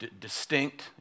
distinct